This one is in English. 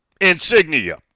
insignia